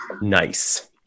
Nice